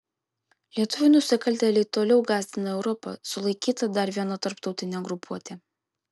lietuvių nusikaltėliai toliau gąsdina europą sulaikyta dar viena tarptautinė grupuotė